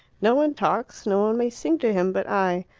no one talks, no one may sing to him but i.